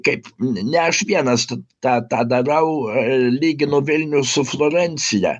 kaip ne aš vienas tą tą darau lyginu vilnių su florencija